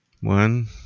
One